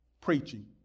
preaching